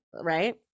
right